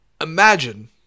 imagine